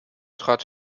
trat